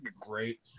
great